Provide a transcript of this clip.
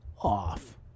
off